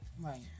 Right